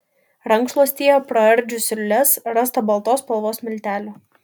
rankšluostyje praardžius siūles rasta baltos spalvos miltelių